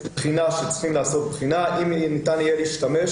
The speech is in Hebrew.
צריכים לעשות בחינה אם ניתן יהיה להשתמש